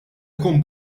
ikun